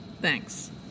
Thanks